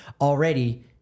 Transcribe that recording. already